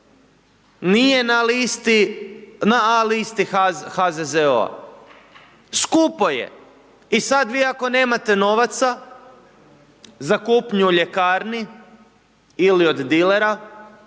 nije na A listi HZZO-a, skupo je i sad vi ako nemate novaca za kupnju u ljekarni ili od dilera